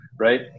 Right